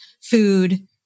food